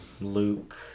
luke